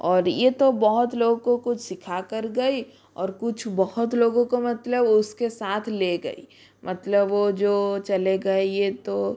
और यह तो बहुत लोगों कुछ सिखा कर गई और कुछ बहुत लोगों को मतलब उसके साथ ले गई मतलब वह जो चले गए यह तो